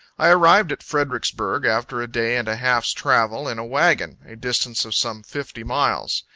i arrived at fredericksburg, after a day and a half's travel, in a wagon a distance of some fifty miles.